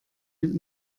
mit